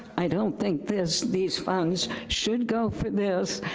i don't think this, these funds should go for this,